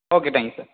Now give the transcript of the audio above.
okay thank you sir